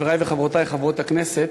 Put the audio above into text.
חברי וחברותי חברות הכנסת,